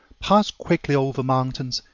pass quickly over mountains,